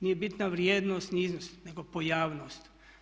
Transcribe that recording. Nije bitna vrijednost ni iznos nego pojavnost.